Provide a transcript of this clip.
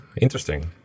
Interesting